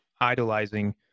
idolizing